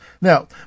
Now